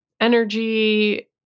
energy